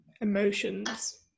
emotions